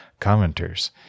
commenters